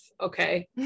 okay